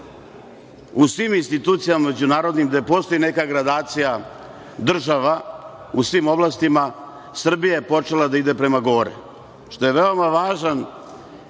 u svim institucijama međunarodnim gde postoji neka gradacija država u svim oblastima Srbija je počela da ide prema gore, što je veoma važan